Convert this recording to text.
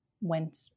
went